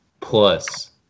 plus